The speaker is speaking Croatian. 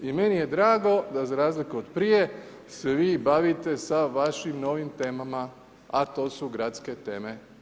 I meni je drago da za razliku od prije se vi bavite sa vašim novim temama a to su gradske teme.